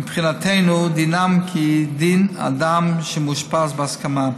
מבחינתנו, דינם כדין אדם שמאושפז בהסכמה.